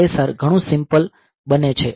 તમારું ISR ઘણું simple બને છે